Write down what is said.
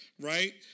right